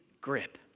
grip